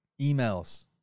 Emails